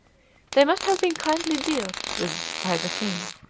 they must have been kindly dealt with by the king,